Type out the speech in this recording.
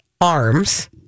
arms